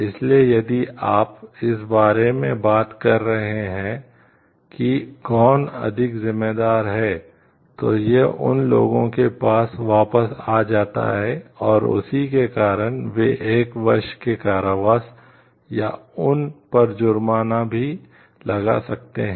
इसलिए यदि आप इस बारे में बात कर रहे हैं कि कौन अधिक ज़िम्मेदार है तो यह उन लोगों के पास वापस आ जाता है और उसी के कारण वे एक वर्ष के कारावास या उन पर जुर्माना भी लगा सकते हैं